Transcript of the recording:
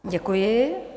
Děkuji.